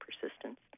persistence